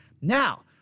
now